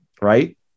right